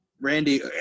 Randy